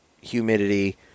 humidity